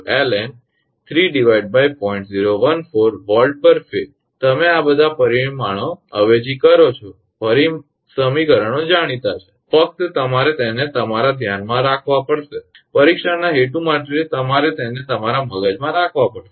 014 𝑉𝑝ℎ𝑎𝑠𝑒 તમે બધા પરિમાણો અવેજી કરો છો સમીકરણો જાણીતા છે ફકત તમારે તેને તમારા ધ્યાનમાં રાખવા પડશે પરીક્ષાના હેતુ માટે તમારે તેને તમારા મગજમાં રાખવા પડશે